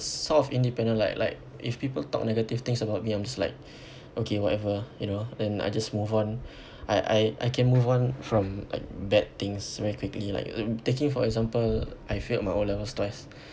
sort of independent like like if people talk negative things about me I'm just like okay whatever you know then I just move on I I I can move on from like bad things very quickly like taking for example I failed my O levels twice